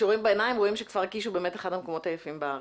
וכשרואים בעיניים רואים שכפר קיש הוא באמת אחד המקומות היפים בארץ.